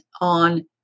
on